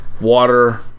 water